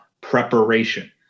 preparation